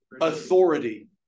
authority